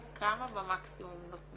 כמה שעות נותנים במקסימום?